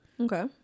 okay